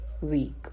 week